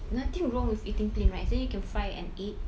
nothing wrong with eating plain rice then you can fry an egg